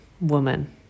woman